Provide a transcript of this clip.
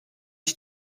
ich